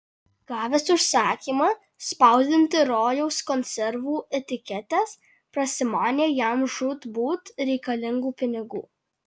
gavęs užsakymą spausdinti rojaus konservų etiketes prasimanė jam žūtbūt reikalingų pinigų